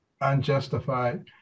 unjustified